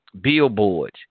billboards